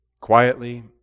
quietly